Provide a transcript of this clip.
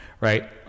right